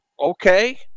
Okay